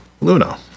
Luna